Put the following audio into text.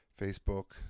Facebook